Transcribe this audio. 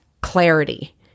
clarity